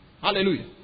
Hallelujah